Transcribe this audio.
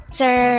sir